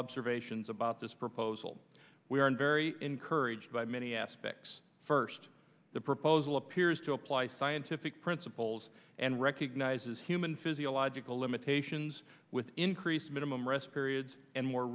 observations about this proposal we are very encouraged by many aspects first the proposal appears to apply scientific principles and recognizes human physiological limitations with increased minimum rest periods and more